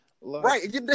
Right